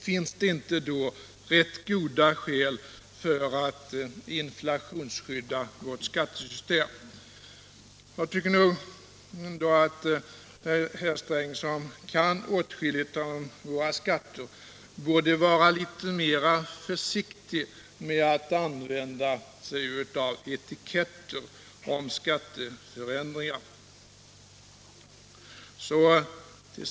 Finns det då inte rätt goda skäl för att inflationsskydda vårt skattesystem? Jag tycker ändå att herr Sträng, som kan åtskilligt om våra skatter, borde vara litet mera försiktig att använda sig av etiketter om skatteförändringar.